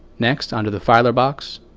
next, onto the filer box,